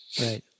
Right